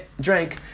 drank